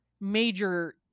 major